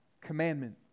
commandment